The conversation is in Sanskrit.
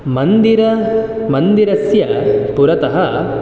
मन्दिर मन्दिरस्य पुरतः